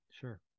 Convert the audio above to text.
Sure